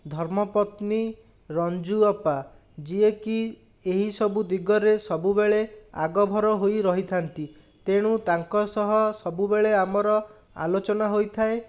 ଧର୍ମପତ୍ନୀ ରଞ୍ଜୁ ଅପା ଯିଏକି ଏହି ସବୁ ଦିଗରେ ସବୁବେଳେ ଆଗଭର ହୋଇ ରହିଥାନ୍ତି ତେଣୁ ତାଙ୍କ ସହ ସବୁବେଳେ ଆମର ଆଲୋଚନା ହୋଇଥାଏ